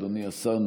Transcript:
אדוני השר,